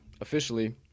officially